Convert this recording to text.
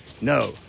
no